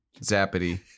Zappity